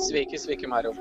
sveiki sveiki mariau